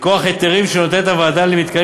מכוח היתרים שנותנת הוועדה למתקנים